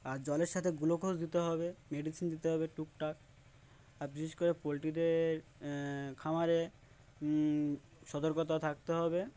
আর জলের সাথে গ্লুকোজ দিতে হবে মেডিসিন দিতে হবে টুকটাক আর বিশেষ করে পোলট্রিদের খামারে সতর্কতা থাকতে হবে